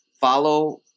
Follow